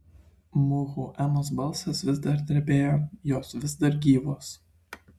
muhu emos balsas vis dar drebėjo jos vis dar gyvos